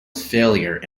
failure